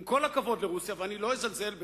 עם כל הכבוד לרוסיה, ואני לא אזלזל בכוחה,